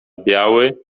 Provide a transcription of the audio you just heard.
biały